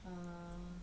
uh